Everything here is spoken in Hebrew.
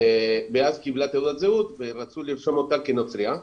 ואז היא קיבלה תעודת זהות והם רצו לרשום אותה כנוצרייה.